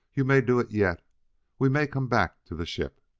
you may do it yet we may come back to the ship.